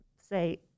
say